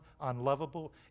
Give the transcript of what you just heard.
unlovable